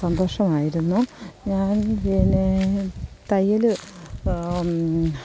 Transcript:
സന്തോഷമായിരുന്നു ഞാൻ പിന്നെ തയ്യൽ